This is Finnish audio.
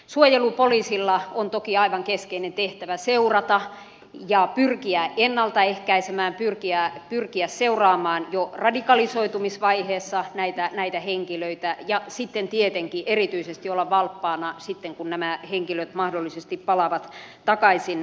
suojelupoliisilla on toki aivan keskeinen tehtävä seurata ja pyrkiä ennaltaehkäisemään pyrkiä seuraamaan jo radikalisoitumisvaiheessa näitä henkilöitä ja sitten tietenkin erityisesti olla valppaana sitten kun nämä henkilöt mahdollisesti palaavat takaisin kriisialueilta